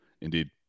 indeed